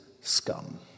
scum